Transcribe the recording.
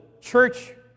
Church